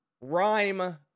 rhyme